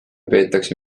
peetakse